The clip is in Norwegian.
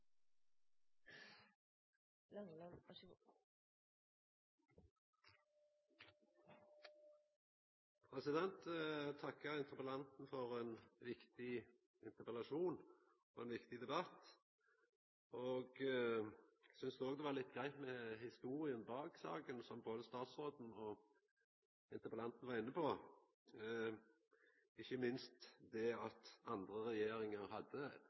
på Ringeriksbanen. Så la oss komme i gang, og ikke legg dette prosjektet i en skuff nok en gang. Eg takkar interpellanten for ein viktig interpellasjon og ein viktig debatt. Eg syntest òg det var greitt med historia bak saka, som både statsråden og interpellanten var inne på, ikkje minst det at